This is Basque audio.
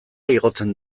igotzen